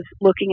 looking